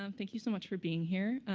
um thank you so much for being here.